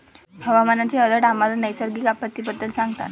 हवामानाचे अलर्ट आम्हाला नैसर्गिक आपत्तींबद्दल सांगतात